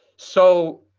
so,